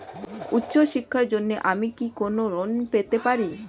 উচ্চশিক্ষার জন্য আমি কি কোনো ঋণ পেতে পারি?